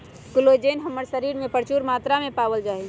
collagen हमर शरीर में परचून मात्रा में पावल जा हई